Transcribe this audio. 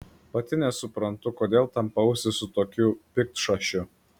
pati nesuprantu kodėl tampausi su tokiu piktšašiu